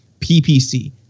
PPC